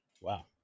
wow